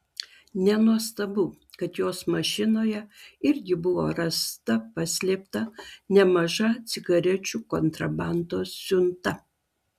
nenuostabu kad jos mašinoje irgi buvo rasta paslėpta nemaža cigarečių kontrabandos siunta